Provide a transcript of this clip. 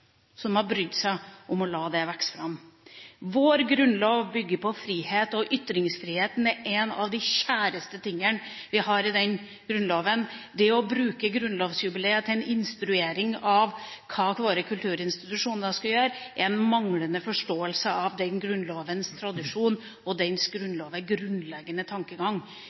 som har brydd seg om å la det vokse fram. Vår grunnlov bygger på frihet – og ytringsfriheten er noe av det kjæreste vi har i Grunnloven. Det å bruke grunnlovsjubileet til å instruere hva våre kulturinstitusjoner skal gjøre, er en manglende forståelse av Grunnlovens tradisjon og dens grunnleggende tankegang,